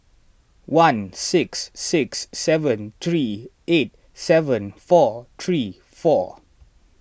one six six seven three eight seven four three four